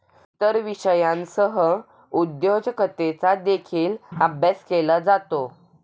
इतर विषयांसह उद्योजकतेचा देखील अभ्यास केला जातो